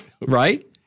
right